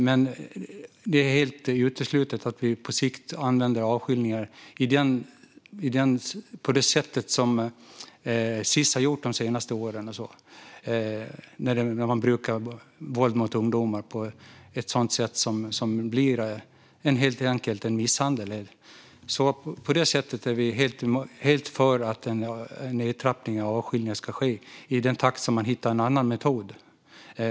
Men det är helt uteslutet att vi på sikt använder avskiljningar på det sätt som Sis har gjort de senaste åren, när man brukat våld mot ungdomar på ett sådant sätt att det helt enkelt blir misshandel. På det sättet är vi helt för att en nedtrappning av avskiljningarna ska ske, i takt med att man hittar en annan metod.